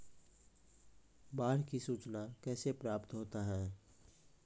बाढ की सुचना कैसे प्राप्त होता हैं?